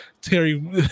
Terry